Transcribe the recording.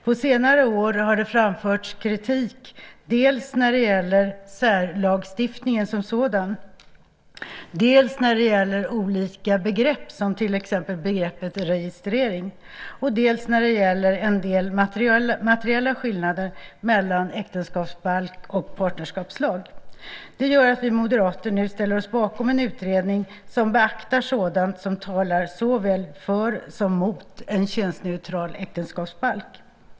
På senare år har det framförts kritik dels när det gäller särlagstiftningen som sådan, dels när det gäller olika begrepp, som till exempel begreppet registrering, och dels när det gäller en del materiella skillnader mellan äktenskapsbalk och partnerskapslag. Det gör att vi moderater nu ställer oss bakom en utredning som beaktar sådant som talar såväl för som mot en könsneutral äktenskapsbalk.